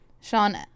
Sean